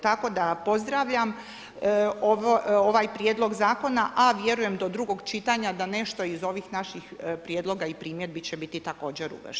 Tako da pozdravljam ovaj prijedlog zakona, a vjerujem do drugog čitanja, da nešto iz ovih naših prijedloga i primjedba će biti također uvršteno.